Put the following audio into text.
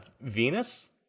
venus